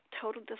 total